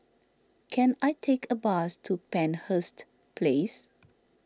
can I take a bus to Penshurst Place